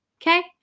okay